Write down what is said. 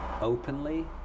openly